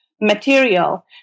material